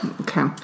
Okay